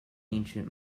ancient